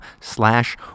slash